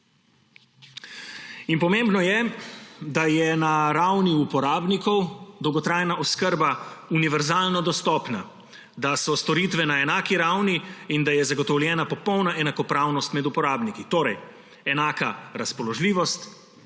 In pomembno je, da je na ravni uporabnikov dolgotrajna oskrba univerzalno dostopna, da so storitve na enaki ravni in da je zagotovljena popolna enakopravnost med uporabniki; torej enaka razpoložljivost,